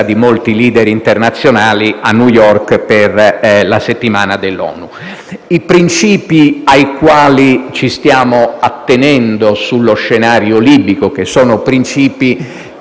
di molti *leader* internazionali a New York per la settimana dell'ONU. Credo che i principi ai quali ci stiamo attenendo sullo scenario libico siano a voi